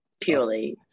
purely